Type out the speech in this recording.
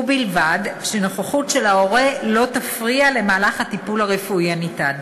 ובלבד שנוכחות ההורה לא תפריע למהלך הטיפול הרפואי הניתן.